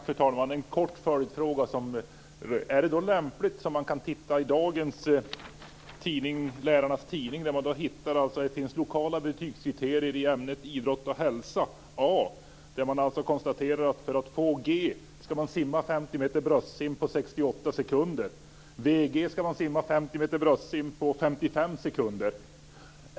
Fru talman! I dagens Lärarnas tidning framgår det att det finns lokala betygskriterier i ämnet idrott och hälsa. För att få G ska man simma 50 meter bröstsim på 68 sekunder. För att få VG ska man simma 50 meter bröstsim på 55 sekunder.